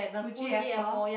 Fuji apple